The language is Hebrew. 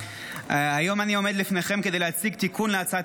היום אני עומד לפניכם כדי להציג תיקון להצעת